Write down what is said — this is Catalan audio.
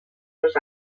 les